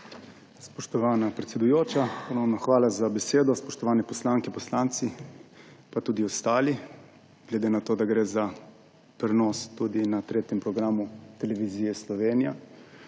Spoštovana predsedujoča, ponovno hvala za besedo. Spoštovani poslanke, poslanci in tudi ostali, glede na to da gre tudi za prenos na 3. programu Televizije Slovenija.